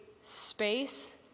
space